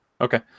Okay